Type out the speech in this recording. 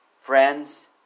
Friends